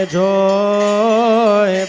joy